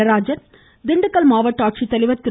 நடராஜன் திண்டுக்கல் மாவட்ட ஆட்சித்தலைவர் திரு